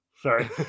Sorry